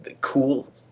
cool